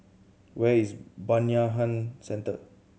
where is Bayanihan Centre